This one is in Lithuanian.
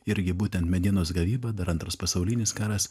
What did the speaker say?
irgi būtent medienos gavyba dar antras pasaulinis karas